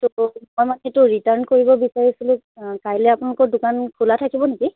ত' মই মানে এইটো ৰিটাৰ্ণ কৰিব বিচাৰিছিলোঁ কাইলৈ আপোনালোকৰ দোকান খোলা থাকিব নেকি